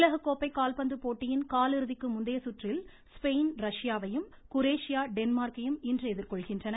உலகக்கோப்பை கால்பந்து போட்டியின் கால் இறுதிக்கு முந்தைய சுற்றில் ஸ்பெயின் ரஷ்யாவையும் குரேஷியா டென்மார்க்கையும் இன்று எதிர்கொள்கின்றன